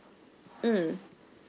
mm